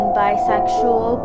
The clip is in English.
bisexual